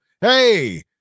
hey